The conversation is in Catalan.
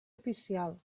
oficial